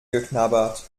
geknabbert